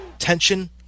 Tension